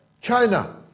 China